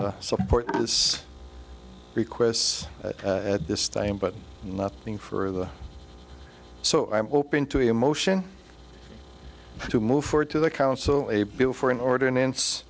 support this requests at this time but nothing for them so i am hoping to be a motion to move forward to the council a bill for an ordinance